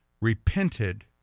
repented